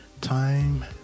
Time